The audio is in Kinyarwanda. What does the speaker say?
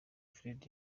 fred